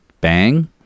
bang